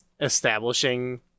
establishing